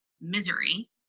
misery